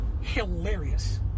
hilarious